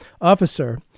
officer